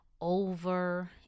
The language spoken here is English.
over